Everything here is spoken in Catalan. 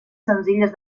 senzilles